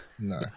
No